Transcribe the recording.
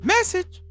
message